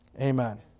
Amen